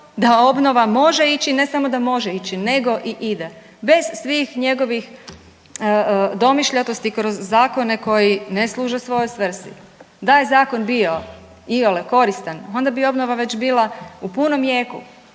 da obnova može ići, ne samo da može ići nego i ide bez svih njegovih domišljatosti kroz zakone koji ne služe svojoj svrsi. Da je Zakon bio iole koristan onda bi obnova već bila u punom jeku,